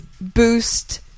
boost